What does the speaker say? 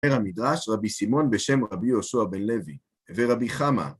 אומר המדרש, רבי שמעון בשם רבי יהושע בן לוי ורבי חמה